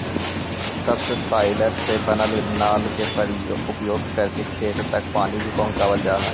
subsoiler से बनल नाल के उपयोग करके खेत तक पानी भी पहुँचावल जा हई